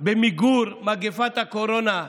במיגור מגפת הקורונה?